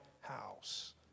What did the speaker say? house